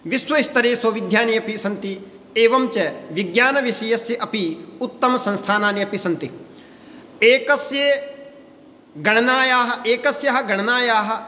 विश्वस्तरे सौविध्यानि अपि सन्ति एवञ्च विज्ञानविषयस्य अपि उत्तमसंस्थानानि अपि सन्ति एकस्य गणनायाः एकस्याः गणनायाः